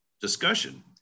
discussion